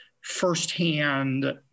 firsthand